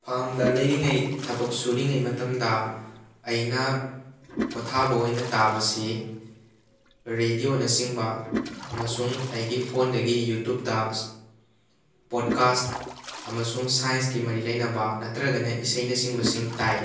ꯐꯥꯔꯝꯗ ꯂꯩꯔꯤꯉꯩ ꯊꯕꯛ ꯁꯨꯔꯤꯉꯩ ꯃꯇꯝꯗ ꯑꯩꯅ ꯄꯣꯊꯥꯕ ꯑꯣꯏꯅ ꯇꯥꯥꯕꯁꯤ ꯔꯦꯗꯤꯑꯣꯅ ꯆꯤꯡꯕ ꯑꯃꯁꯨꯡ ꯑꯩꯒꯤ ꯐꯣꯟꯗꯒꯤ ꯌꯨꯇ꯭ꯌꯨꯕꯇ ꯄꯣꯗꯀꯥꯁ ꯑꯃꯁꯨꯡ ꯁꯥꯏꯟꯀꯤ ꯃꯔꯤ ꯂꯩꯅꯕ ꯅꯠꯇ꯭ꯔꯒꯅ ꯏꯁꯩꯅꯆꯤꯡꯕꯁꯤꯡ ꯇꯥꯏ